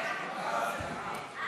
ההצעה להעביר את הצעת חוק לתיקון פקודת מס